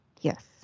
Yes